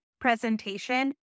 presentation